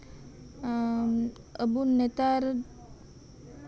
ᱮᱜ ᱟᱹᱵᱩ ᱱᱮᱛᱟᱨ